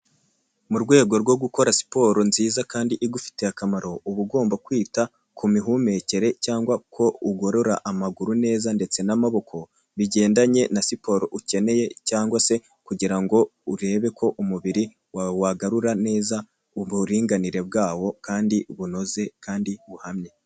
Mu rwego rwo gukora siporo nziza kandi igufitiye akamaro uba ugomba kwita ku mihumekere cyangwa ko ugorora amaguru neza ndetse n'amaboko bigendanye na siporo ukeneye cyangwa se kugirango urebe ko umubiri wawe wagarura neza uburinganire bwawo kandi bunoze kandi buhamye.